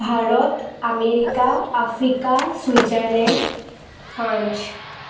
Bharat America Africa Switzerland France